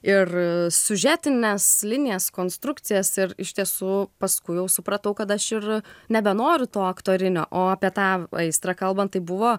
ir siužetines linijas konstrukcijas ir iš tiesų paskui jau supratau kad aš ir nebenoriu to aktorinio o apie tą aistrą kalbant tai buvo